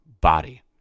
body